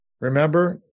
Remember